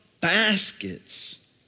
baskets